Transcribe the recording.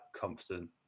confident